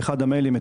באחד המיילים,